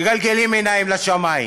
מגלגלים עיניים לשמיים.